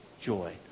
joy